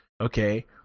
okay